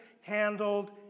handled